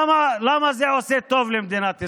למה זה עושה טוב למדינת ישראל?